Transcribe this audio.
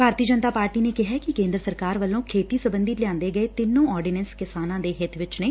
ਭਾਰਤੀ Janata Party ਨੇ ਕਿਹੈ ਕਿ ਕੇ'ਦਰ ਸਰਕਾਰ ਵੱਲੋ' ਖੇਤੀ ਸਬੰਧੀ ਲਿਆਂਦੇ ਗਏ ਤਿੰਨੋ ਆਰਡੀਨੈ'ਸ ਕਿਸਾਨਾਂ ਦੇ ਹਿੱਤ ਚ ਨੇ